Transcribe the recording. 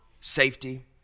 safety